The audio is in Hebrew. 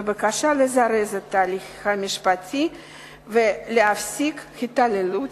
בבקשה לזרז את ההליך המשפטי ולהפסיק את ההתעללות